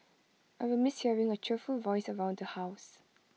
I will miss hearing her cheerful voice around the house